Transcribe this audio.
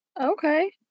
Okay